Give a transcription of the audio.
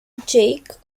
jake